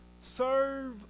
serve